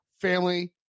family